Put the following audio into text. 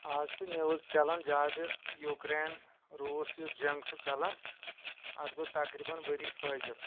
اَز چھِ نِوٕز چَلان زیادٕ یُکرین روٗس یُس جَنٛگ چھُ چَلان اتھ گوٚو تقریباً ؤری فٲضِل